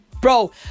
bro